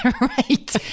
Right